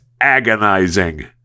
agonizing